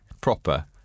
proper